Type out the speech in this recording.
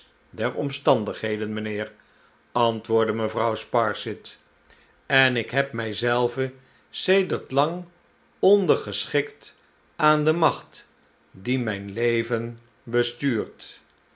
der omstandigheden mijnheer antwoordde mevrouw sparsit en ik heb mij zelve sedert lang onderschikt aan de macht die mijn leven bestuurt